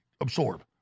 absorb